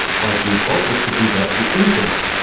by default, this could be virtually infinite.